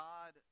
God